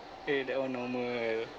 eh that [one] normal